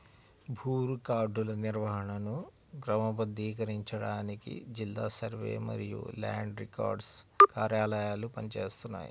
భూ రికార్డుల నిర్వహణను క్రమబద్ధీకరించడానికి జిల్లా సర్వే మరియు ల్యాండ్ రికార్డ్స్ కార్యాలయాలు పని చేస్తున్నాయి